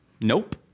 Nope